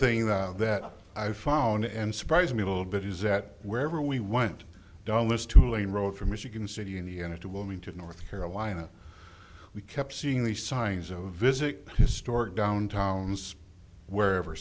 that that i found the end surprised me a little bit is that wherever we went down this two lane road from michigan city indiana to wilmington north carolina we kept seeing the signs of visit historic downtowns wherever